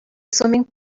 swimming